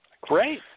Great